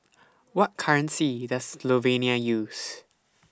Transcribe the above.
What currency Does Slovenia use